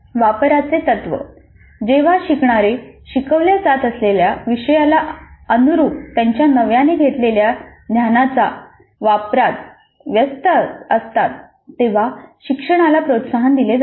वापराचे तत्वः जेव्हा शिकणारे शिकवल्या जात असलेल्या विषयाला अनुरुप त्यांच्या नव्याने घेतलेल्या ज्ञानाच्या वापरात व्यस्त असतात तेव्हा शिक्षणाला प्रोत्साहन दिले जाते